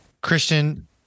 Christian